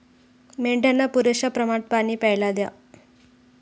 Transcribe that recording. मेंढ्यांना पुरेशा प्रमाणात पाणी प्यायला द्या